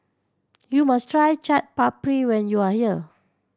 you must try Chaat Papri when you are here